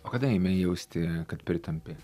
o kada ėmė jausti kad pritampi